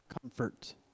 comfort